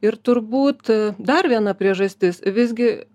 ir turbūt dar viena priežastis visgi